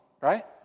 Right